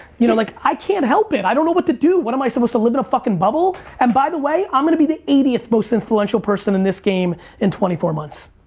you know like, i can't help it. i don't know what to do. what am i supposed to live in a fucking bubble, and by the way, i'm gonna be the eightieth most influential person in this game in twenty four months.